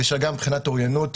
כאשר גם מבחינת אוריינות,